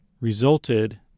resulted